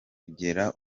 kugera